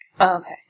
Okay